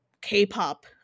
k-pop